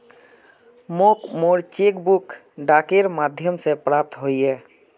मोक मोर cheque book डाकेर माध्यम से प्राप्त होइए